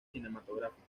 cinematográficas